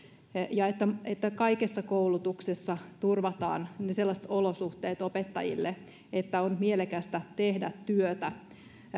ja että että kaikessa koulutuksessa turvataan sellaiset olosuhteet opettajille että on mielekästä tehdä työtä